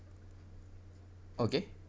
okay